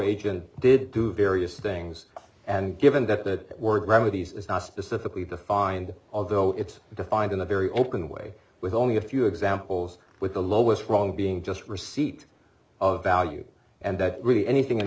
agent did do various things and given that that were gravity's is not specifically defined although it's defined in a very open way with only a few examples with the lowest wrong being just receipt of value and that really anything